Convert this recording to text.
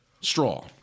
straw